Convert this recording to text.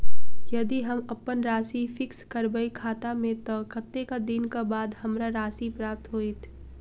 यदि हम अप्पन राशि फिक्स करबै खाता मे तऽ कत्तेक दिनक बाद हमरा राशि प्राप्त होइत?